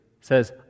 says